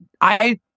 I-